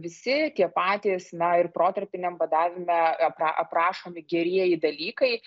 visi tie patys na ir protarpiniam badavime apra aprašomi gerieji dalykai